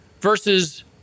versus